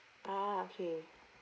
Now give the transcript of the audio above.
ah okay